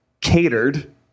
catered